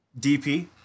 DP